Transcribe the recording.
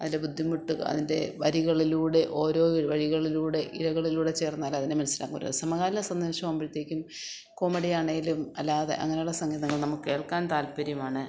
അതിന്റെ ബുദ്ധിമുട്ട് അതിന്റെ വരികളിലൂടെ ഓരോ വരികളിലൂടെ ഇഴകളിലൂടെ ചേർന്നാലേ അതിനെ മനസ്സിലാക്കാൻ പറ്റൂ സമകാലിക സന്ദേശമാകുമ്പഴ്ത്തേക്കും കോമഡിയാണേലും അല്ലാതെ അങ്ങനെയുള്ള സംഗീതങ്ങൾ നമുക്ക് കേൾക്കാൻ താൽപ്പര്യമാണ്